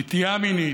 נטייה מינית.